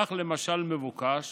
כך, למשל, מבוקש